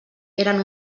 eren